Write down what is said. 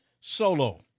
solo